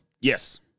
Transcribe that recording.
Yes